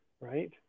right